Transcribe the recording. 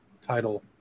title